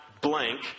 blank